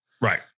Right